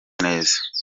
neza